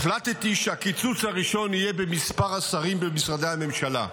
החלטתי שהקיצוץ הראשון יהיה במספר השרים במשרדי הממשלה.